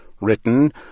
written